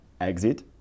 exit